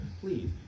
Please